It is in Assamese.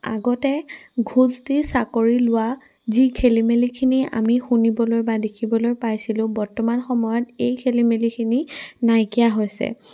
আগতে ঘোচ দি চাকৰি লোৱা যি খেলি মেলিখিনি আমি শুনিবলৈ বা দেখিবলৈ পাইছিলোঁ বৰ্তমান সময়ত এই খেলি মেলিখিনি নাইকিয়া হৈছে